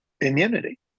immunity